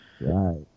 Right